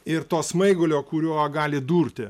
ir to smaigalio kuriuo gali durti